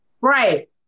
Right